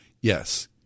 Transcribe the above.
Yes